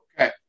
okay